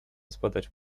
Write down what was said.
zbadać